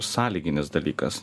sąlyginis dalykas